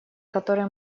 который